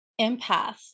empaths